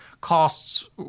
costs